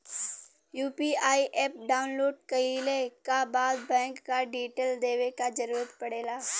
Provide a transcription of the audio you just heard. UPI app download कइले क बाद बैंक क डिटेल देवे क जरुरत पड़ेला